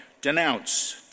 Denounce